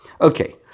Okay